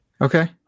Okay